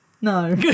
no